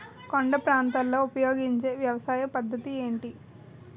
కొండ ప్రాంతాల్లో ఉపయోగించే వ్యవసాయ పద్ధతి ఏంటి?